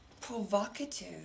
Provocative